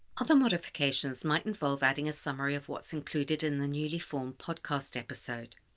other modifications might involve adding a summary of what's included in the newly formed podcast episode,